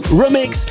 remix